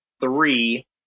three